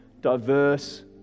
diverse